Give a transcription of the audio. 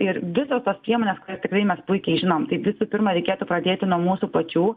ir visos tos priemonės tikrai mes puikiai žinom tai visų pirma reikėtų pradėti nuo mūsų pačių